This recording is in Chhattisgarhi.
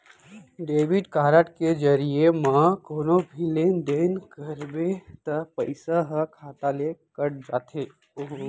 डेबिट कारड के जरिये म कोनो भी लेन देन करबे त पइसा ह खाता ले कट जाथे